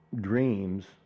dreams